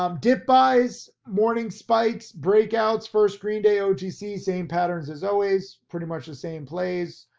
um dip buys, morning spikes, breakouts, first green day, otc same patterns as always, pretty much the same place.